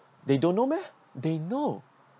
they don't know meh they know